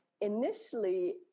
initially